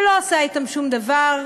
שלא עשה אתן שום דבר,